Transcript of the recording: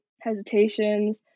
hesitations